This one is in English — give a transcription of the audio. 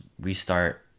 restart